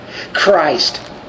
Christ